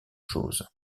choses